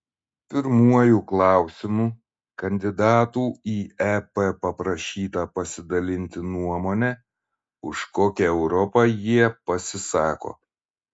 pirmuoju klausimu kandidatų į ep paprašyta pasidalinti nuomone už kokią europą jie pasisako